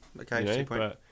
okay